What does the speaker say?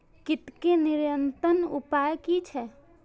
कीटके नियंत्रण उपाय कि छै?